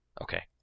Okay